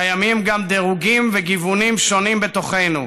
קיימים גם דירוגים וגיוונים שונים בתוכנו,